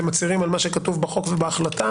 אתם מצהירים על מה שכתוב בחוק ובהחלטה?